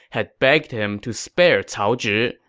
had begged him to spare cao zhi.